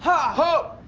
ha!